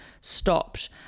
stopped